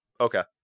Okay